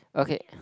okay